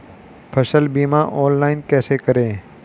फसल बीमा ऑनलाइन कैसे करें?